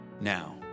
Now